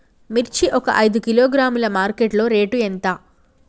మిర్చి ఒక ఐదు కిలోగ్రాముల మార్కెట్ లో రేటు ఎంత?